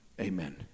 Amen